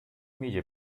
media